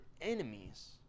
enemies